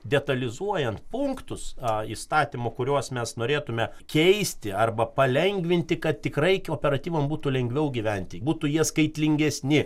detalizuojant punktus a įstatymų kuriuos mes norėtumėme keisti arba palengvinti kad tikrai kooperatyvam būtų lengviau gyventi būtų jie skaitlingesni